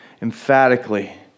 emphatically